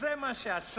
וזה מה שעשה